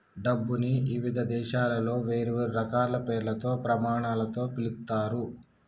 డబ్బుని ఇవిధ దేశాలలో వేర్వేరు రకాల పేర్లతో, ప్రమాణాలతో పిలుత్తారు